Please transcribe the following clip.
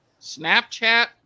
Snapchat